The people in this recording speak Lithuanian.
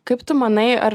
kaip tu manai ar